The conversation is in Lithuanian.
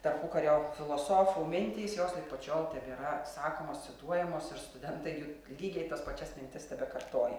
tarpukario filosofų mintys jos lig pat šiol tebėra sakomos cituojamos ir studentai juk lygiai tas pačias mintis tebekartoja